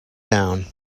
town